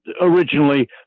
originally